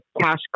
cash